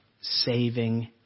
saving